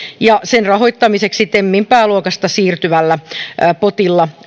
ja sen rahoittamiseksi temin pääluokasta siirretään potti